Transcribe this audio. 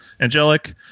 Angelic